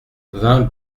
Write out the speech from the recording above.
vingt